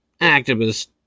activist